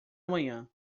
amanhã